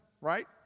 right